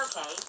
Okay